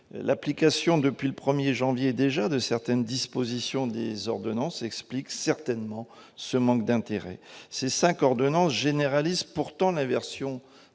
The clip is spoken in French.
l'application depuis le 1 janvier de certaines dispositions des ordonnances explique certainement ce manque d'intérêt. Ces cinq ordonnances généralisent pourtant l'inversion